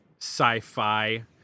sci-fi